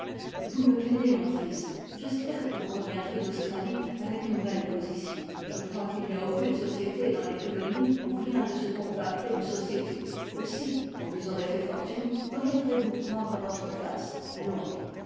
vous me peinez mon fils j'espère que vous reviendrez d'australie avec une belle position je crois qu'il n'y a aucune société dans les colonies ou rien de ce qu'on peut appeler une société aussi quand vous aurez fait fortune reviendrez-vous prendre votre place à londres